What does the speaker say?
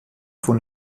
von